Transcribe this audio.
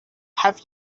have